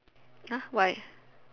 !huh! why